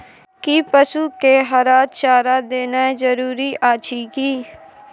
कि पसु के हरा चारा देनाय जरूरी अछि की?